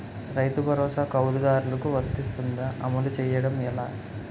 రైతు భరోసా కవులుదారులకు వర్తిస్తుందా? అమలు చేయడం ఎలా